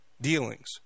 dealings